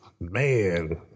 Man